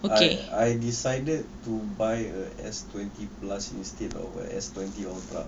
I I decided to buy a S twenty plus instead of S twenty ultra